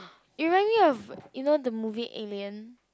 it remind me of you know the movie alien